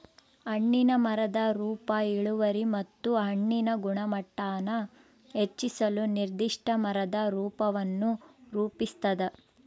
ಹಣ್ಣಿನ ಮರದ ರೂಪ ಇಳುವರಿ ಮತ್ತು ಹಣ್ಣಿನ ಗುಣಮಟ್ಟಾನ ಹೆಚ್ಚಿಸಲು ನಿರ್ದಿಷ್ಟ ಮರದ ರೂಪವನ್ನು ರೂಪಿಸ್ತದ